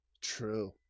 True